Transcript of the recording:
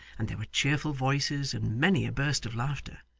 and there were cheerful voices, and many a burst of laughter.